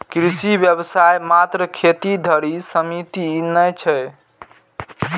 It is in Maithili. कृषि व्यवसाय मात्र खेती धरि सीमित नै छै